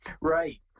right